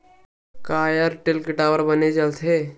का एयरटेल के टावर बने चलथे?